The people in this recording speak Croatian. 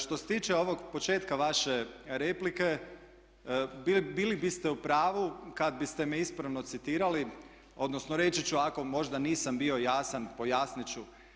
Što se tiče ovog početka vaše replike bili biste u pravu kad biste me ispravno citirali, odnosno reći ću ako možda nisam bio jasan, pojasnit ću.